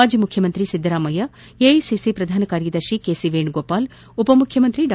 ಮಾಜಿ ಮುಖ್ಯಮಂತ್ರಿ ಸಿದ್ದರಾಮಯ್ಯ ಎಐಸಿಸಿ ಪ್ರಧಾನ ಕಾರ್ಯದರ್ಶಿ ಕೆಸಿವೇಣುಗೋಪಾಲ್ ಉಪಮುಖ್ಯಮಂತ್ರಿ ಡಾ